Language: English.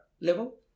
level